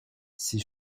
ses